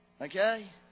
Okay